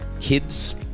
kids